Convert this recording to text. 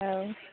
औ